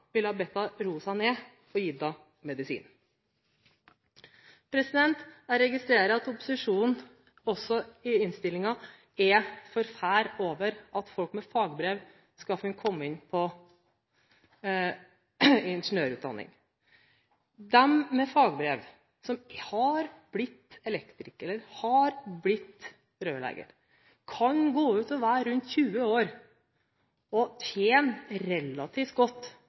ha bedt henne roe seg ned – og gitt henne medisin. Jeg registrerer at opposisjonen også i innstillingen er forferdet over at folk med fagbrev skal kunne komme inn på ingeniørutdanning. De med fagbrev som f.eks. har blitt elektriker eller rørlegger, som kan være rundt 20 år og gå ut og tjene relativt godt,